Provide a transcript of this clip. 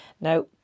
Now